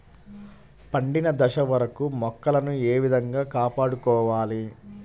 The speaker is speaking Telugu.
పండిన దశ వరకు మొక్కలను ఏ విధంగా కాపాడుకోవాలి?